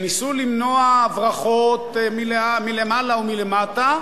שניסו למנוע הברחות מלמעלה ומלמטה,